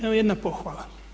Evo jedna pohvala.